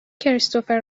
کریستوفر